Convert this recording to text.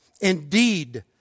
Indeed